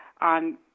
on